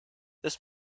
this